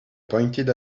pointed